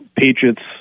Patriots